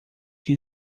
que